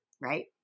right